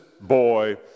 boy